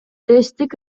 тесттик